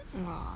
!wah!